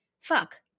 fuck